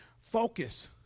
Focus